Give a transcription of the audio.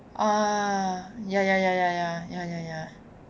ah ya ya ya